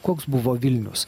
koks buvo vilnius